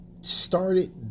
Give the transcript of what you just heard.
started